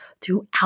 throughout